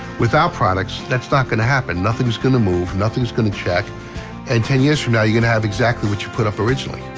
with our products that's not gonna happen nothing's gonna move nothing's going to check and ten years from now you're gonna have exactly what you put up originally.